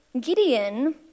Gideon